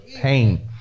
pain